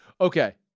Okay